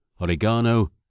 oregano